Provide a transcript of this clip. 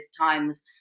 times